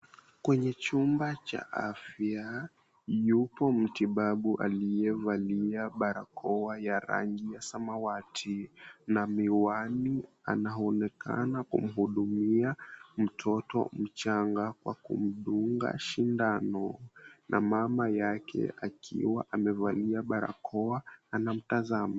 Kwenye chumba cha afya, yupo mtibabu aliyevalia barakoa ya rangi ya samawati na miwani. Anaonekana kumhudumia mtoto mchanga kwa kumdunga shindano, na mama yake akiwa amevalia barakoa anamtazama.